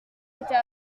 était